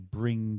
bring